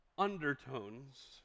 undertones